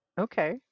Okay